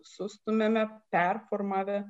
sustumiame performavę